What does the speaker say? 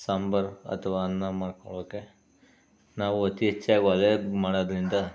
ಸಾಂಬಾರು ಅಥವಾ ಅನ್ನ ಮಾಡ್ಕೊಳ್ಳೋಕ್ಕೆ ನಾವು ಅತಿ ಹೆಚ್ಚಾಗಿ ಒಲೆಲಿ ಮಾಡೋದರಿಂದ